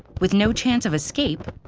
with no chance of escape,